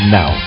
now